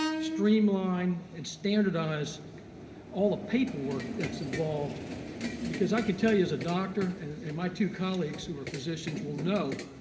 streamline, and standardize all the paperwork that's involved because i can tell you as a doctor, and my two colleagues who are physicians will know,